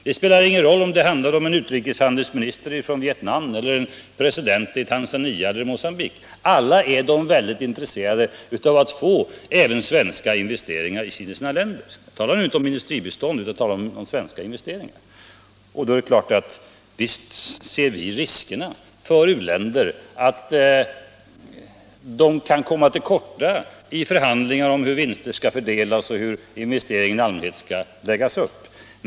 Det spelar ingen roll om det handlar om en utrikeshandelsminister från Vietnam eller en president i Tanzania eller Mogambique — alla är de mycket intresserade av att få även svenska investeringar i sina länder. Jag talar nu inte om industribistånd utan om svenska investeringar. Visst ser vi riskerna för u-länder — att de kan komma till korta i förhandlingar om hur vinster skall fördelas eller hur investeringen i allmänhet skall läggas upp.